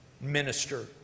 minister